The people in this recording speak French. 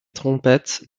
trompettes